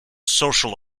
social